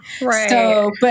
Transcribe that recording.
Right